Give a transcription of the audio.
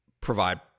provide